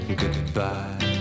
goodbye